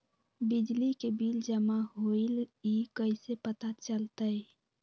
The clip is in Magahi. बिजली के बिल जमा होईल ई कैसे पता चलतै?